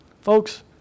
Folks